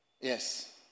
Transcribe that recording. Yes